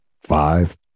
five